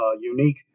unique